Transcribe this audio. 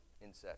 insects